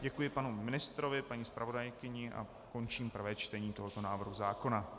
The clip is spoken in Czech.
Děkuji panu ministrovi, paní zpravodajce a končím prvé čtení tohoto návrhu zákona.